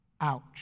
Ouch